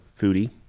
foodie